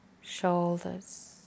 shoulders